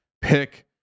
pick